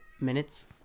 minutes